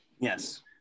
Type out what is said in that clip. Yes